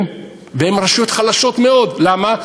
והן רשויות חלשות מאוד, למה?